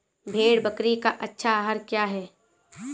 भेड़ बकरी का अच्छा आहार क्या है?